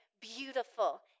beautiful